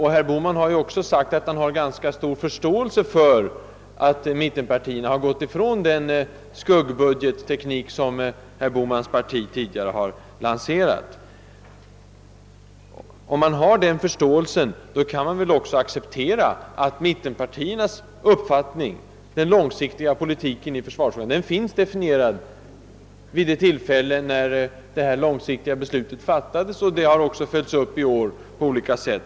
Herr Bohman har ju också sagt att han har ganska stor förståelse för att mittenpartierna gått ifrån den skuggbudgetteknik som herr Bohmans parti tidigare har lanserat. Men om man har denna förståelse skall man väl också acceptera att mittenpartiernas uppfattning när det gäller den långsiktiga politiken i försvarsfrågan har definierats då det långsiktiga beslutet fattades. Den har också följts upp i år på olika sätt.